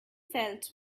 felt